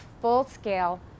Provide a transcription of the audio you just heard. full-scale